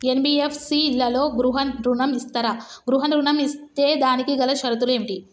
NBFC లలో గృహ ఋణం ఇస్తరా? గృహ ఋణం ఇస్తే దానికి గల షరతులు ఏమిటి?